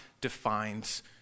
defines